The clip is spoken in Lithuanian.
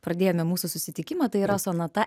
pradėjome mūsų susitikimą tai yra sonata